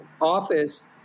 office